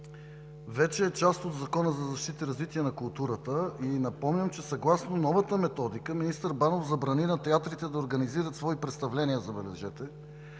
вече е част от Закона за защита и развитие на културата, и напомням, че съгласно новата методика министър Банов забрани на театрите да организират свои представления, забележете,